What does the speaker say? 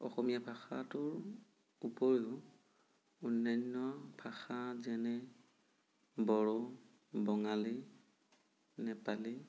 অসমীয়া ভাষাটোৰ ওপৰিও অন্যান্য ভাষা যেনে বড়ো বঙালী নেপালী